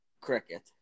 cricket